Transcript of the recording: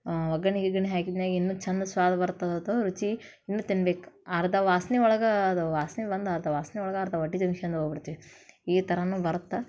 ಒಗ್ಗರ್ಣೆ ಗಿಗ್ಗರ್ಣೆ ಹಾಕಿದ್ಮ್ಯಾಗ ಇನ್ನೂ ಚಂದ ಸ್ವಾದ ಬರ್ತದದು ರುಚಿ ಇನ್ನೂ ತಿನ್ಬೇಕು ಅರ್ಧ ವಾಸ್ನೆ ಒಳಗೆ ಅದು ವಾಸ್ನೆ ಬಂದು ಅರ್ಧ ವಾಸ್ನೆ ಒಳ್ಗೆ ಅರ್ಧ ಹೊಟ್ಟಿ ತುಂಬಶ್ಕ್ಯಂಡ್ ಹೋಗಿಬಿಡ್ತೀವಿ ಈ ಥರವೂ ಬರತ್ತೆ